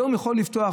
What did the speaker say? הוא היום יכול לפתוח,